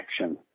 action